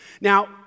Now